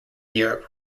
europe